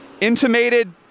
intimated